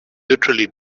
literally